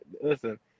Listen